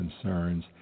concerns